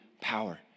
power